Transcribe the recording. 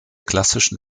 klassischen